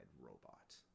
robot